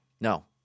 No